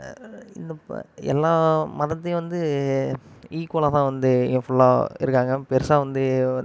இன்னும் ப எல்லா மதத்தையும் வந்து ஈக்குவலாக தான் வந்து இங்கே ஃபுல்லாக இருக்காங்க பெருசாக வந்து